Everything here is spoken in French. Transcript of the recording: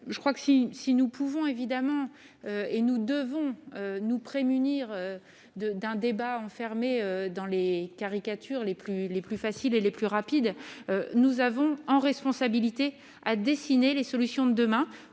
je crois que si, si nous pouvons évidemment et nous devons nous prémunir de d'un débat enfermés dans les caricatures les plus les plus faciles et les plus rapides, nous avons en responsabilité à dessiner les solutions de demain,